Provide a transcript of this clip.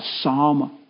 Psalm